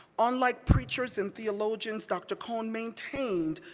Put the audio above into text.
unlike preachers and theologians, dr. cone maintained,